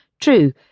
True